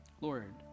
Lord